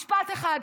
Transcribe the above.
משפט אחד: